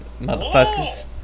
Motherfuckers